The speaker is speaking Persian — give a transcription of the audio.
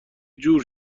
جور